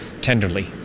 tenderly